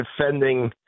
defending